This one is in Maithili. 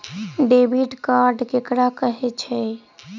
डेबिट कार्ड ककरा कहै छै?